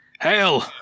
Hail